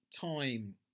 time